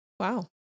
Wow